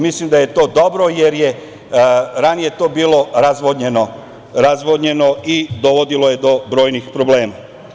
Mislim da je to dobro, jer je ranije to bilo razvodnjeno i dovodilo je do brojnih problema.